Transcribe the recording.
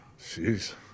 Jeez